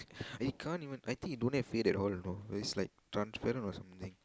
it can't even I think he don't have face at all you know it's like transparent or something